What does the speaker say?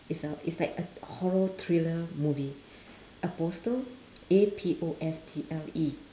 it's a it's like a horror thriller movie apostle A P O S T L E